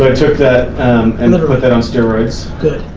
like took that and and put that on steroids. good.